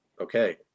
okay